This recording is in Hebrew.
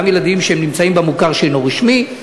גם לילדים שנמצאים במוכר שאינו רשמי,